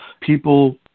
People